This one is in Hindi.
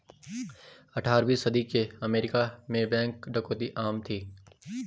अठारहवीं सदी के अमेरिका में बैंक डकैती आम थी